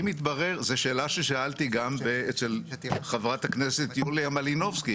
זאת שאלה ששאלתי גם אצל חברת הכנסת יוליה מלינובסקי.